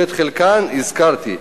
שאת חלקן הזכרתי,